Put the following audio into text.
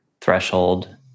threshold